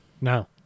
No